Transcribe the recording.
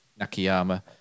Nakayama